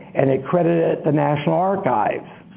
and it accredited it to national archives.